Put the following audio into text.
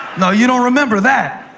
no, you don't remember that.